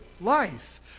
life